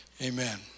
Amen